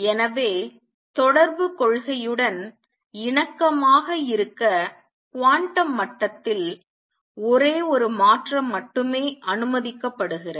எனவே தொடர்புக் கொள்கையுடன் இணக்கமாக இருக்க குவாண்டம் மட்டத்தில் ஒரே ஒரு மாற்றம் மட்டுமே அனுமதிக்கப்படுகிறது